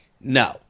no